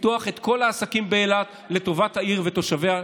לפתוח את כל העסקים באילת לטובת העיר ותושביה.